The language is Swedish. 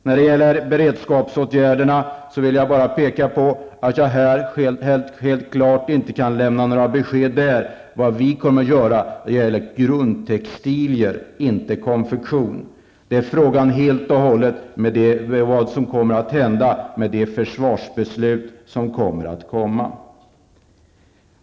När det gäller beredskapsåtgärderna vill jag bara peka på att jag inte helt klart kan lämna några besked om vad vi kommer att göra när det gäller grundtextilier, inte konfektion. Frågan beror helt och hållet på det kommande försvarsbeslutet.